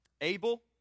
Abel